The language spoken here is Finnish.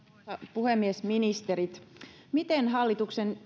puhemies ministerit miten hallituksen